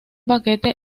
paquete